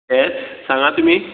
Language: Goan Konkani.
एस सागां तुमी